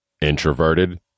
Introverted